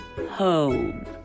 home